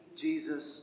Jesus